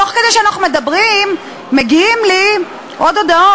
תוך כדי שאנחנו מדברים מגיעות אלי עוד הודעות,